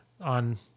on